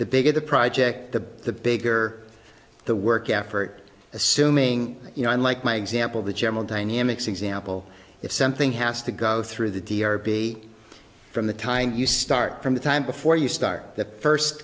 the bigger the project the bigger the work effort assuming you know unlike my example the general dynamics example if something has to go through the d r p from the time you start from the time before you start the first